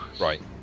Right